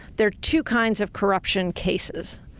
there's two kinds of corruption cases.